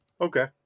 Okay